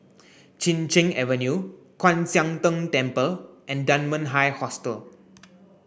Chin Cheng Avenue Kwan Siang Tng Temple and Dunman High Hostel